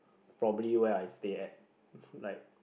probably where I stay at like